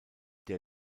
der